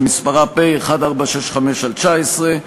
שמספרה פ/1465/19.